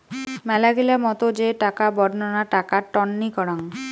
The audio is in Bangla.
মেলাগিলা মত টাকা যে বডঙ্না টাকা টননি করাং